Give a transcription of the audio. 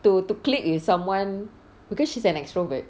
to to click with someone because she's an extrovert